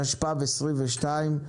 התשפ"ב-2022,